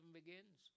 begins